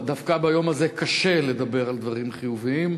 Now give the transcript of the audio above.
דווקא ביום הזה קשה לדבר על דברים חיוביים,